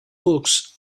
books